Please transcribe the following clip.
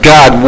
God